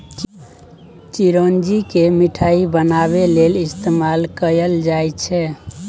चिरौंजी केँ मिठाई बनाबै लेल इस्तेमाल कएल जाई छै